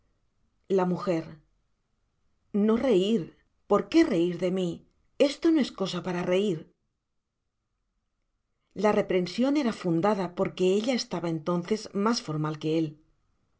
la m no reir por qué reir de mi esto no es cosa para reir la reprension era fundada porque ella estaba entonces mas formal que él